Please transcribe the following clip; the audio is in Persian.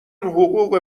حقوق